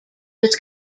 was